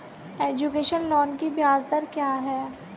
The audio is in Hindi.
एजुकेशन लोन की ब्याज दर क्या है?